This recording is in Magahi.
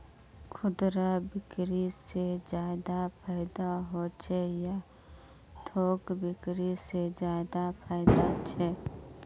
खुदरा बिक्री से ज्यादा फायदा होचे या थोक बिक्री से ज्यादा फायदा छे?